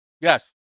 Yes